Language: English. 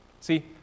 See